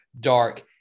dark